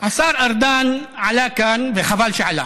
השר ארדן עלה כאן, וחבל שעלה.